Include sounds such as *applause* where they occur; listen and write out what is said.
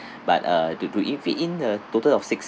*breath* but uh to to in fit in the total of six